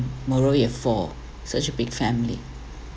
moreover you have four such a big family